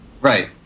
Right